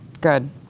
Good